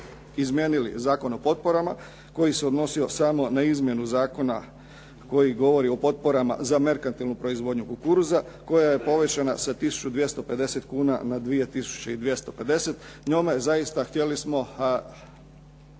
izmijenili zakone o potporama koji se odnosio samo na izmjenu zakona koji govori o potporama za merkantilnu proizvodnju kukuruza koja je povećana sa 1250 kuna na 2250. Njome zaista htjeli smo